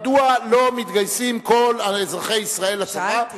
מדוע לא מתגייסים כל אזרחי ישראל לצבא, שאלתי.